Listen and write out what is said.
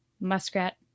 muskrat